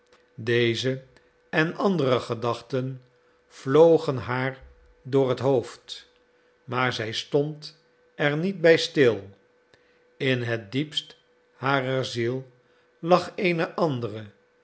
deze en andere gedachten vlogen haar door het hoofd maar zij stond er niet bij stil in het diepst harer ziel lag eene andere